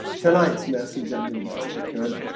tonight's message. i do the best i could